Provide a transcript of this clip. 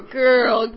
girl